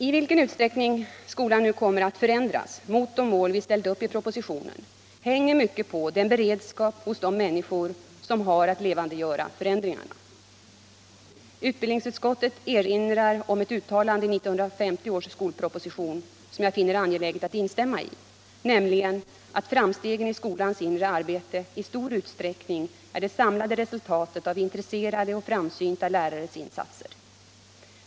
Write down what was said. I vilken utsträckning skolan kommer att förändras mot de mål vi ställt upp i propositionen hänger mycket på den beredskap som finns hos de människor som har att levandegöra förändringarna. Utbildningsutskottet erinrar om ett uttalande i 1950 års skolproposition, som jag finner angeläget att instämma i, nämligen att framstegen i skolans inre arbete i stor utsträckning är det samlade resultatet av intresserade och framsynta lärares insatser.